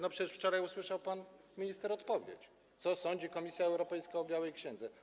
No przecież wczoraj usłyszał pan minister odpowiedź, co sądzi Komisja Europejska o białej księdze.